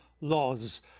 laws